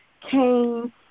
came